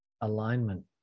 alignment